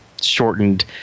shortened